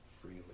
freely